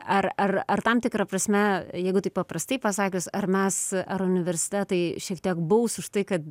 ar ar ar tam tikra prasme jeigu taip paprastai pasakius ar mes ar universitetai šiek tiek baus už tai kad